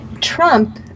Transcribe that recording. Trump